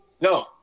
No